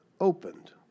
opened